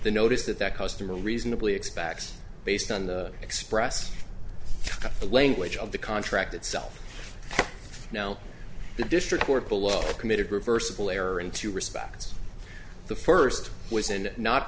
the notice that that customer reasonably expects based on the express language of the contract itself now the district court below committed reversible error in two respects the first was in not